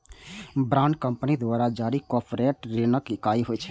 bond company द्वारा जारी corporate ऋणक इकाइ होइ छै